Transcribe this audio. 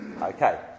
Okay